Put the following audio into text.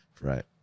Right